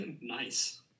Nice